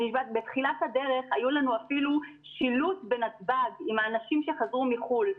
בתחילת הדרך היה לנו אפילו שילוט בנתב"ג עם אנשים שחזרו מחו"ל.